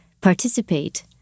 participate